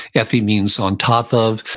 epi means on top of,